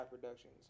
Productions